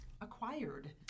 acquired